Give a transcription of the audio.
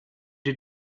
die